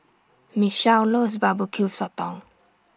Michelle loves Barbecue Sotong